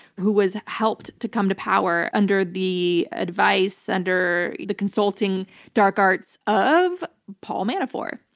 who was helped to come to power under the advice, under the consulting dark arts, of paul manafort.